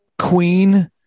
queen